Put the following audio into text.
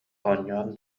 оонньоон